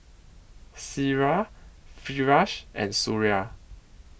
Syirah Firash and Suria